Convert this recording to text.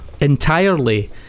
entirely